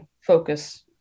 focus